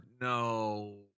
no